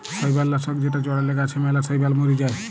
শৈবাল লাশক যেটা চ্ড়ালে গাছে ম্যালা শৈবাল ম্যরে যায়